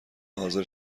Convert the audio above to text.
حاضر